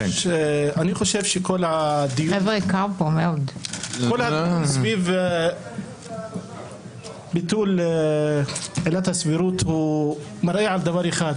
אני חושב שכל הדיון סביב ביטול עילת הסבירות מראה על דבר אחד,